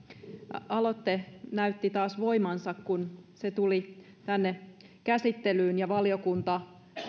aloite näytti taas voimansa kun se tuli tänne käsittelyyn ja valiokunta